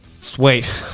sweet